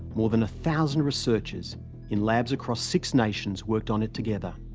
more than a thousand researchers in labs across six nations worked on it together.